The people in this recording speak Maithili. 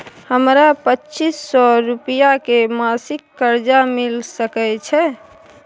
हमरा पच्चीस सौ रुपिया के मासिक कर्जा मिल सकै छै?